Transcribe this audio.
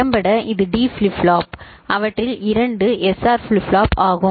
திறம்பட இது D flip flop அவற்றில் இரண்டு எஸ்ஆர் ஃபிளிப் ஃப்ளாப் ஆகும்